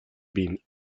been